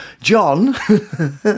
John